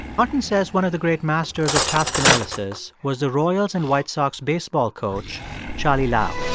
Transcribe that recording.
martin says one of the great masters of task analysis was the royals and white sox baseball coach charley lau